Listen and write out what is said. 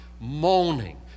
moaning